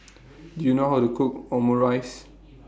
Do YOU know How to Cook Omurice